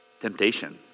temptation